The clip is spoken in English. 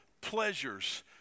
pleasures